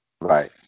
Right